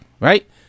Right